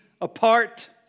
apart